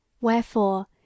Wherefore